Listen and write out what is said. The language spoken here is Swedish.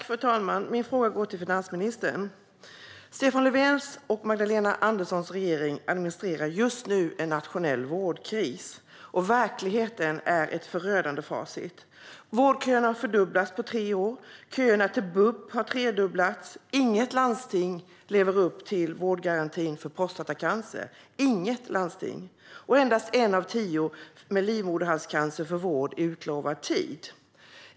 Fru talman! Min fråga går till finansministern. Stefan Löfvens och Magdalena Anderssons regering administrerar just nu en nationell vårdkris. Verkligheten är ett förödande facit: Vårdköerna har fördubblats på tre år, köerna till BUP har tredubblats, inget landsting lever upp till vårdgarantin för prostatacancer - inte ett enda - och endast en av tio med livmoderhalscancer får vård i utlovad tid.